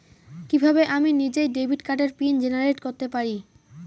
কিভাবে আমি নিজেই ডেবিট কার্ডের পিন জেনারেট করতে পারি?